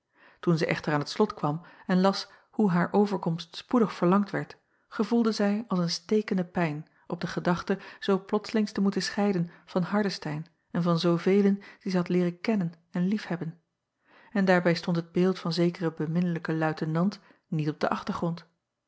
delen zij echter aan t slot kwam en las hoe haar overkomst spoedig verlangd werd gevoelde zij als een stekende pijn op de gedachte zoo plotslings te moeten scheiden van ardestein en van zoovelen die zij had leeren kennen en liefhebben en daarbij stond het beeld van zekeren beminnelijken luitenant niet op den achtergrond